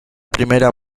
primera